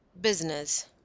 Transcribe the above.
Business